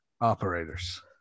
operators